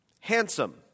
Handsome